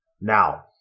Now